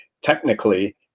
technically